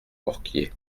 porquier